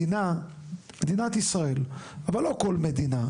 מדינה, מדינת ישראל, אבל לא כל מדינה,